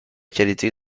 qualité